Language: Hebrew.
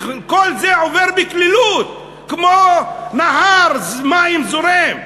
כל זה עובר בקלילות, כמו נהר מים זורם.